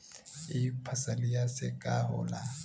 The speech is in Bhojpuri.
ई फसलिया से का होला?